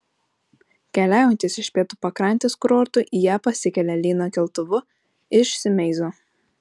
keliaujantys iš pietų pakrantės kurortų į ją pasikelia lyno keltuvu iš simeizo